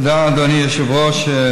תודה, אדוני היושב-ראש.